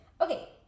Okay